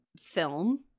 film